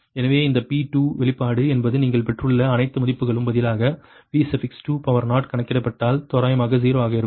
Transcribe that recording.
எனவே இது P2 வெளிப்பாடு என்பது நீங்கள் பெற்றுள்ள அனைத்து மதிப்புகளுக்கும் பதிலாக P2 கணக்கிடப்பட்டால் தோராயமாக 0 ஆக இருக்கும்